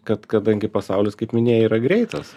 kad kadangi pasaulis kaip minėjai yra greitas